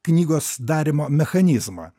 knygos darymo mechanizmą